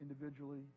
individually